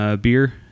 beer